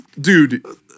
dude